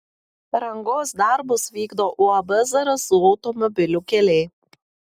rangos darbus vykdo uab zarasų automobilių keliai